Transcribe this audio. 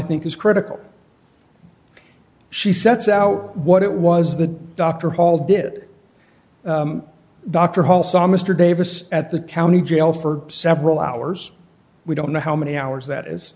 think is critical she sets out what it was the dr hall did dr hall saw mr davis at the county jail for several hours we don't know how many hours that is